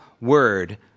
word